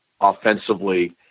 offensively